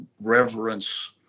reverence